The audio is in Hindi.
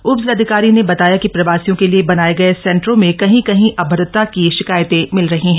उप जिलाधिकारी ने बताया कि प्रवासियों के लिए बनाए गए सेंटरों में कहीं कहीं अभद्रता की शिकायतें मिल रही हैं